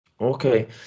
Okay